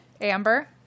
Amber